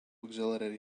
auxiliary